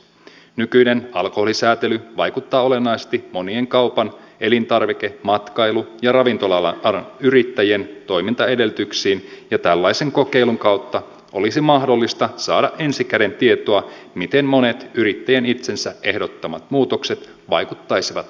nykyinen alkoholisääntely vaikuttaa olennaisesti monien kaupan elintarvike matkailu ja ravintola alan yrittäjien toimintaedellytyksiin ja tällaisen kokeilun kautta olisi mahdollista saada ensi käden tietoa siitä miten monet yrittäjien itsensä ehdottamat muutokset vaikuttaisivat käytännössä